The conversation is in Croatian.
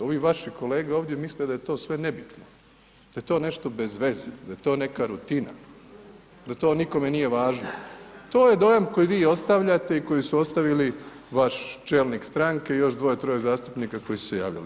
Ovi vaši kolege misle da je to sve nebitno, da je to nešto bezveze, da je to neka rutina, da to nikome nije važno, to je dojam koji vi ostavljate i koji su ostavili vaš čelnik stranke i još dvoje, troje zastupnika koji su se javili.